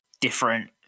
different